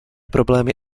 problémy